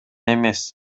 эмес